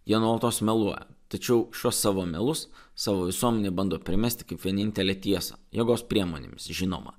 jie nuolatos meluoja tačiau šiuos savo melus savo visuomenė bando primesti kaip vienintelę tiesą jėgos priemonėms žinoma